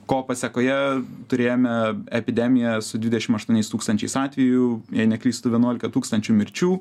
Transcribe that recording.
ko pasekoje turėjome epidemiją su dvidešim aštuoniais tūkstančiais atvejų jei neklystu vienuolika tūkstančių mirčių